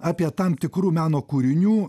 apie tam tikrų meno kūrinių